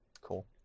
Cool